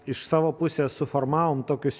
iš savo pusės suformavom tokius